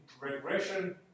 regression